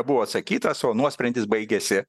buvo atsakytas o nuosprendis baigėsi